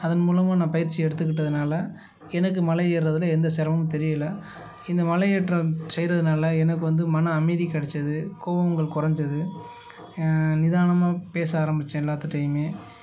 அதன் மூலமாக நான் பயிற்சி எடுத்துக்கிட்டதினால எனக்கு மலை ஏர்றதுல எந்த சிரமமும் தெரியிலை இந்த மலை ஏற்றம் செய்றதினால எனக்கு வந்து மன அமைதி கெடச்சுது கோபங்கள் குறஞ்சிது நிதானமாக பேச ஆரம்பித்தேன் எல்லாத்துகிட்டையுமே